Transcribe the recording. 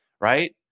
right